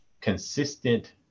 consistent